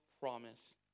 promise